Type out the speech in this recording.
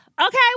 Okay